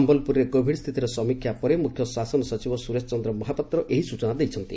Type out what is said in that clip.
ସମ୍ୟଲପୁରରେ Covid ସ୍ଚିତିର ସମୀକ୍ଷା ପରେ ମୁଖ୍ୟ ଶାସନ ସଚିବ ସୁରେଶ ଚନ୍ଦ୍ର ମହାପାତ୍ର ଏହି ସୂଚନା ଦେଇଛନ୍ତି